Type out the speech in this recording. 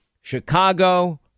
Chicago